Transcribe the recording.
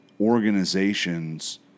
organizations